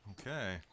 Okay